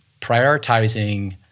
prioritizing